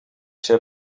się